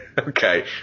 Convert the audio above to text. okay